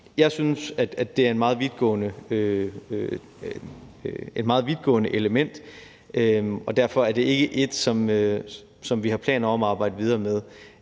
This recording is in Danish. Jeg synes, at det er et meget vidtgående element, og derfor er det ikke et, som vi har planer om at arbejde videre med.